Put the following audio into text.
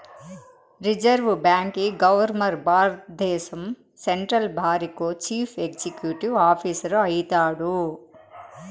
reserve బాంకీ governor భారద్దేశం central బారికో చీఫ్ ఎక్సిక్యూటివ్ ఆఫీసరు అయితాడు